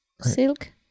Silk